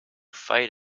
fight